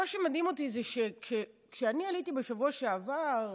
מה שמדהים אותי זה שכשאני עליתי בשבוע שעבר,